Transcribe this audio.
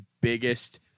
biggest